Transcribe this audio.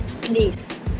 please